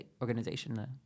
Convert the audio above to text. organization